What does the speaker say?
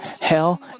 hell